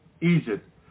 egypt